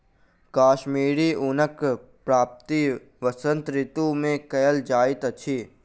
कश्मीरी ऊनक प्राप्ति वसंत ऋतू मे कयल जाइत अछि